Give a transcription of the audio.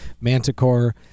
Manticore